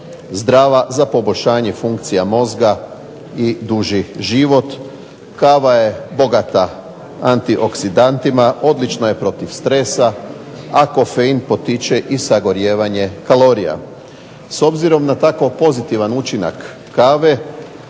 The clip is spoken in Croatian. zdrava za poboljšanje funkcija mozga i duži život. Kava je bogata antioksidantima, odlična je protiv stresa, a kofein potiče i sagorijevanje kalorija. S obzirom na tako pozitivan učinak kave,